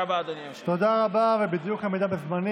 באישור הכנסת, שמי שמגיע משם לא יקבל מעמד בישראל.